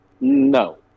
No